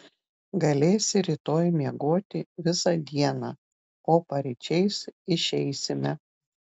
galėsi rytoj miegoti visą dieną o paryčiais išeisime